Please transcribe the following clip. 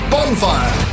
Bonfire